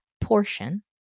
portion